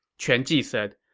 quan ji said,